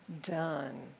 done